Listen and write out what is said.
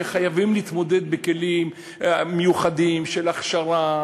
וחייבים להתמודד בכלים מיוחדים של הכשרה,